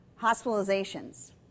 hospitalizations